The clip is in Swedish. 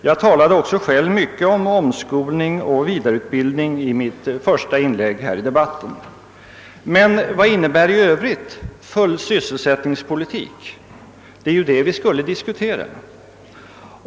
Jag talade själv mycket om omskolning och vidareutbildning i mitt första inlägg i debatten. Men vad innebär i övrigt »fullsysselsättningspolitik»? Det är ju det vi skulle diskutera.